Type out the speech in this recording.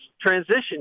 transition